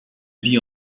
vit